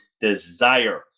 desire